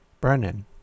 Brennan